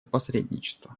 посредничество